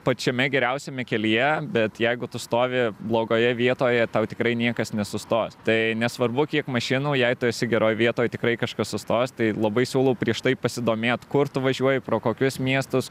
pačiame geriausiame kelyje bet jeigu tu stovi blogoje vietoje tau tikrai niekas nesustos tai nesvarbu kiek mašinų jei tu esi geroj vietoj tikrai kažkas sustos tai labai siūlau prieš tai pasidomėt kur tu važiuoji pro kokius miestus